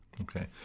Okay